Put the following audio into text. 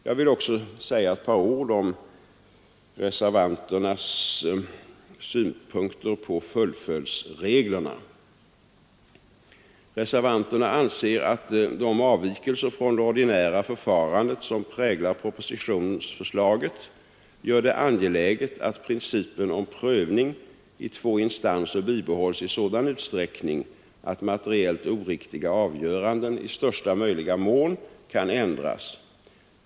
Jag vill också säga några ord om reservanternas synpunkter på fullföljdsreglerna. Reservanterna anser att de avvikelser från det ordinära förfarandet som präglar propositionsförslaget gör det angeläget att principen om prövning i två instanser bibehålls i sådan utsträckning att materiellt oriktiga avgöranden i största möjliga mån kan ändras.